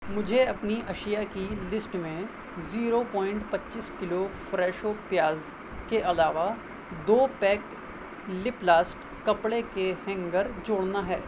مجھے اپنی اشیاء کی لیسٹ میں زیرو پوائنٹ پچیس کلو فریشو پیاز کے علاوہ دو پیک لپ لاسٹ کپڑے کے ہینگر جوڑنا ہے